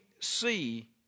see